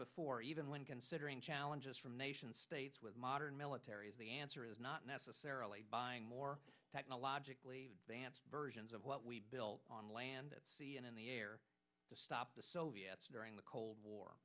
before even when considering challenges from nation states with modern military is the answer is not necessarily buying more technologically advanced versions of what we built on land and in the air to stop the soviets during the cold war